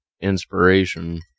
inspiration